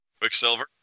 Quicksilver